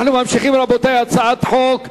רבותי, אנחנו ממשיכים בהצעת חוק פ/456,